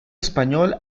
español